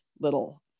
little